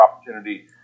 opportunity